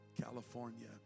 California